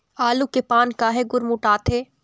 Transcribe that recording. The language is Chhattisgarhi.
आलू के पान काहे गुरमुटाथे?